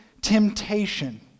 temptation